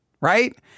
right